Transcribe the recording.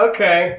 Okay